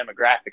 demographic